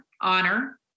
honor